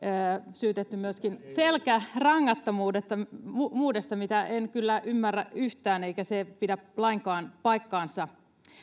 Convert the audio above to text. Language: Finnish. syytetty myöskin selkärangattomuudesta mitä en kyllä ymmärrä yhtään eikä se pidä lainkaan paikkaansa